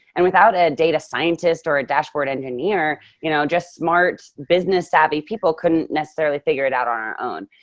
and without a data scientist or a dashboard engineer, you know just smart business savvy people couldn't necessarily figure it out on our own.